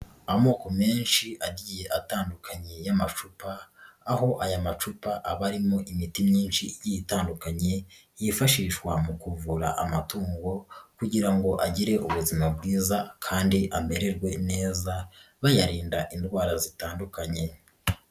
Amoko menshi agiye atandukanye y'amacupa, aho aya macupa aba arimo imiti myinshi igiye itandukanye, yifashishwa mu kuvura amatungo kugira ngo agire ubuzima bwiza kandi amererwe neza, bayarinda indwara zitandukanye.